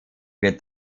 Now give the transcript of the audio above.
wird